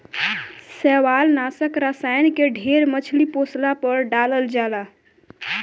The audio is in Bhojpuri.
शैवालनाशक रसायन के ढेर मछली पोसला पर डालल जाला